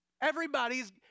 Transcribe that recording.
Everybody's